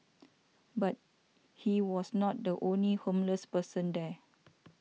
but he was not the only homeless person there